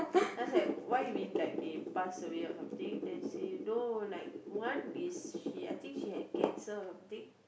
then I said why you mean like they passed away or something then say no like one is she I think she had cancer or something